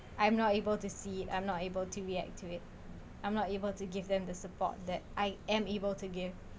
I'm not able to see I'm not able to react to it I'm not able to give them the support that I am able to give